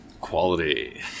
Quality